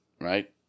right